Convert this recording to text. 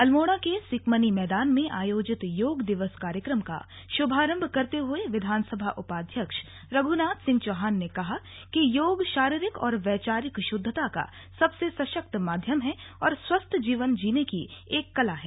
अल्मोड़ा के सिमकनी मैदान में आयोजित योग दिवस कार्यक्रम का शुभारम्भ करते हुये विधानसभा उपाध्यक्ष रघुनाथ सिंह चौहान ने कहा कि योग शारीरिक और वैचारिक शुद्धता का सबसे सशक्त माध्यम और स्वस्थ जीवन जीने की एक कला है